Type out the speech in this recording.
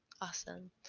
Awesome